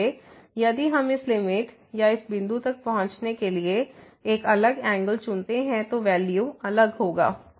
इसलिए यदि हम इस लिमिट या इस बिंदु तक पहुंचने के लिए एक अलग एंगल चुनते हैं तो वैल्यू अलग होगा